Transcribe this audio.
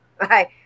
right